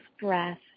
breath